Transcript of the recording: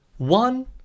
One